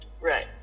right